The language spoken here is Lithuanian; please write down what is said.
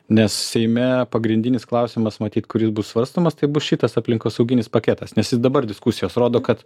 nes seime pagrindinis klausimas matyt kuris bus svarstomas tai bus šitas aplinkosauginis paketas nes jis dabar diskusijos rodo kad